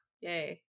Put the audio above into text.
yay